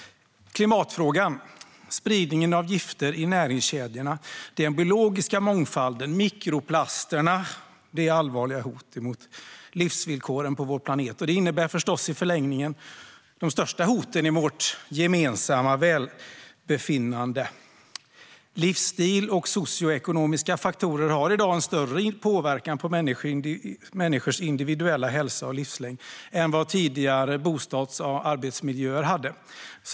Klimatfrågan, spridningen av gifter i näringskedjorna, minskningen av den biologiska mångfalden och mikroplasterna är allvarliga hot mot livsvillkoren på vår planet. Det innebär förstås i förlängningen de största hoten mot vårt gemensamma välbefinnande. Livsstil och socioekonomiska faktorer har i dag en större påverkan på människors individuella hälsa och livslängd än vad tidigare bostads och arbetsmiljöer hade.